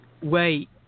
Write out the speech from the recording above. Wait